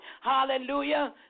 hallelujah